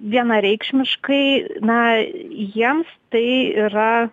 vienareikšmiškai na jiems tai yra